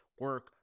Work